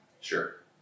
Sure